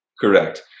Correct